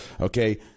okay